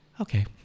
okay